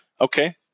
Okay